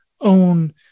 own